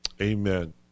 Amen